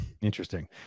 interesting